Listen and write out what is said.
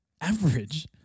average